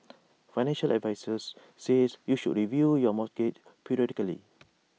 financial advisers says you should review your mortgage periodically